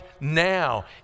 now